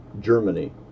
Germany